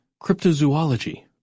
cryptozoology